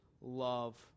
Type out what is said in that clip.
love